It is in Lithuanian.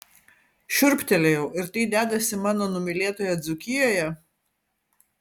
šiurptelėjau ir tai dedasi mano numylėtoje dzūkijoje